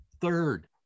Third